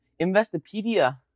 Investopedia